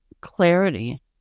clarity